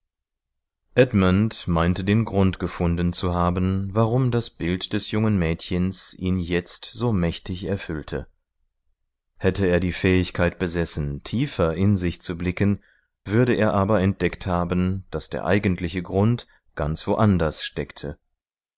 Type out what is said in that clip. edmund meinte den grund gefunden zu haben warum das bild des jungen mädchens ihn jetzt so mächtig erfüllte hätte er die fähigkeit besessen tiefer in sich zu blicken würde er aber entdeckt haben daß der eigentliche grund ganz wo anders steckte